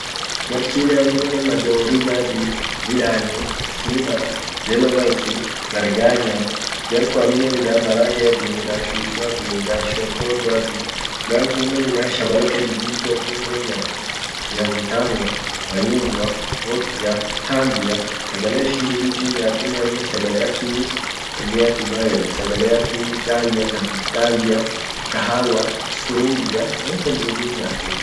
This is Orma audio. Jar Chilean kunnen majabo rigati, midani, sima, yellowmice, darganya, jar kun amminen midan maragea, midan shushuati, midan shorpojoati, midan kunnen midan shabalakeati didimtua kunnen hniyaati. Viazi tamua, mayungua, workia, tambia sagale ishin dibin ishin nyaatinen tunnen sagale aki, woniati maeden, sagale akii chaia kana, chaia, kahawwa, strungia, won tan dudu hinyaati.